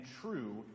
true